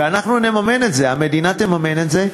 ואנחנו נממן את זה,